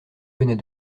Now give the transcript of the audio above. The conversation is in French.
venait